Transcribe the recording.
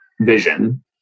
vision